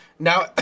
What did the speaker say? Now